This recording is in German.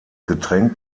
getränk